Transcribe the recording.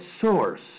source